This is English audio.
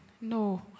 No